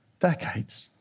decades